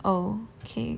oh K